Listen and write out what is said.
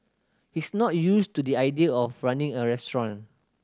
he's not used to the idea of running a restaurant